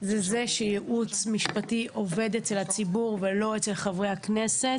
זה שייעוץ משפטי עובד אצל הציבור ולא אצל חברי הכנסת.